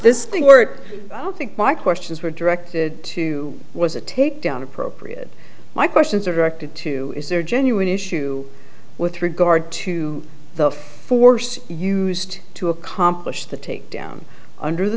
this thing work i don't think my questions were directed to was a takedown appropriate my questions are directed to is there genuine issue with regard to the force used to accomplish the takedown under the